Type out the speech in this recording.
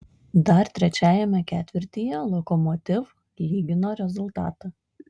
dar trečiajame ketvirtyje lokomotiv lygino rezultatą